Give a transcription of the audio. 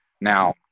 now